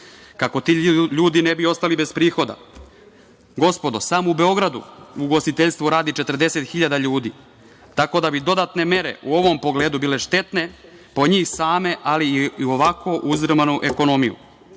kako ti ljudi ne bi ostali bez prihoda. Gospodo, samo u Beogradu u ugostiteljstvu radi 40 hiljada ljudi, tako da bi dodatne mere u ovom pogledu bile štetne po njih same, ali i u ovako uzdrmanu ekonomiju.